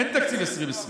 אם אין תקציב 2020,